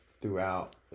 throughout